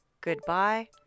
Goodbye